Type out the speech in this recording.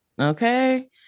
Okay